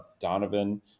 Donovan